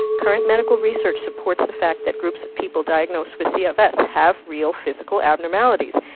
current medical research supports the fact that groups of people diagnosed with cfs have real physical abnormalities,